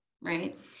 right